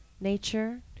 nature